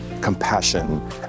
compassion